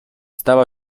stała